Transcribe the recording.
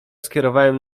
skierowałem